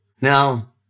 Now